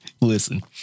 Listen